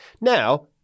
Now